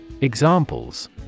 Examples